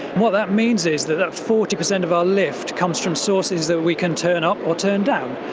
what that means is that that forty percent of our lift comes from sources that we can turn up or turn down.